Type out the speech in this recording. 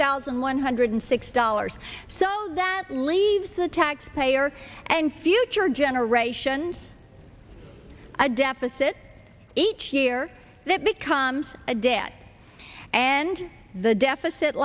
thousand one hundred six dollars so that leaves the taxpayer and future generations a deficit each year that becomes a debt and the deficit